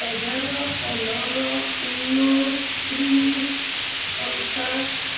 এঘাৰ পোন্ধৰ ঊনৈছ ত্ৰিছ পঞ্চাছ